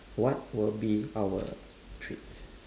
what will be our traits